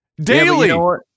Daily